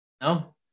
No